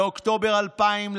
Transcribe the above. באוקטובר 2000,